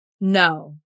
No